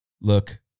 look